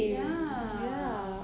ya